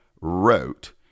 wrote